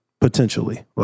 Potentially